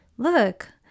look